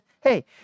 Hey